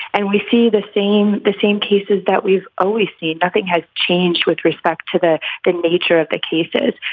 and we see the same the same cases that we've always seen. nothing has changed with respect to the the nature of the cases.